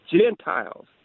Gentiles